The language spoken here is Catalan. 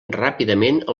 ràpidament